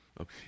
Okay